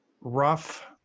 rough